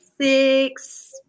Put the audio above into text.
Six